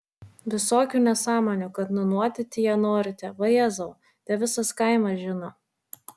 visokių nesąmonių kad nunuodyti ją norite vajezau te visas kaimas žino